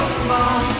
small